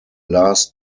last